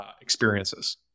experiences